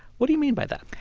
what do you mean by that?